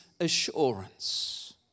assurance